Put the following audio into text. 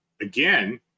Again